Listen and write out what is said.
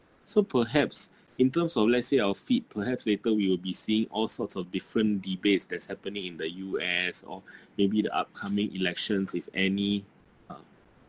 so perhaps in terms of let's say our feet perhaps later we will be seeing all sorts of different debates that's happening in the U_S or maybe the upcoming elections if any uh